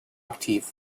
aktiv